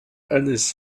eines